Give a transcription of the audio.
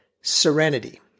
serenity